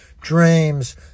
dreams